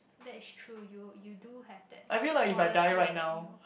that is true you you do have that quality about you